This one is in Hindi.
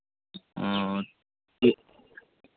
हाँ ठीक